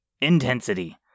Intensity